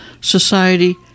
Society